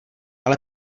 ale